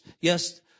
Yes